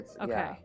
Okay